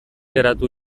geratu